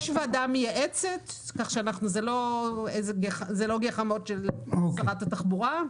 יש ועדה מייעצת, וזה לא גחמות של שרת התחבורה.